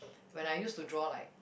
when I used to draw like